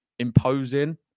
imposing